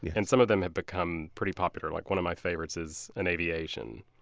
yeah and some of them have become pretty popular. like one of my favorites is an aviation